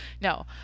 No